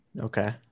okay